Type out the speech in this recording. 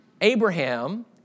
Abraham